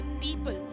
people